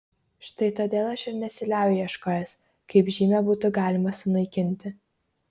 štai todėl aš ir nesiliauju ieškojęs kaip žymę būtų galima sunaikinti